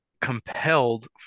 compelled